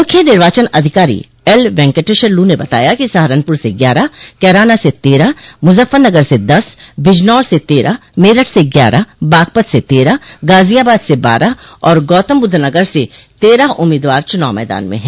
मुख्य निर्वाचन अधिकारी एल वेंकटेश्वर लू ने बताया कि सहारनपुर से ग्यारह कैराना से तेरह मुजफ्फरनगर से दस बिजनौर से तेरह मेरठ से ग्यारह बागपत से तेरह गाजियाबाद से बारह और गौतमबुद्ध नगर से तेरह उम्मीदवार चुनाव मैदान में हैं